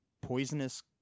poisonous